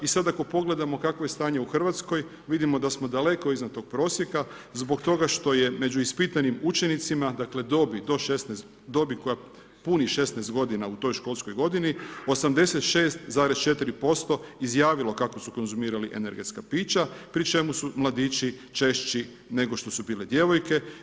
I sada ako pogledamo kakvo je stanje u Hrvatskoj, vidimo da smo daleko iznad tog prosjeka zbog toga što je među ispitanim učenicima, dakle dobi koja puni 16 godina u toj školskoj godini 86,4% izjavilo kako su konzumirali energetska pića pri čemu su mladići češći nego su bile djevojke.